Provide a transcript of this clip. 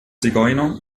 zigeuner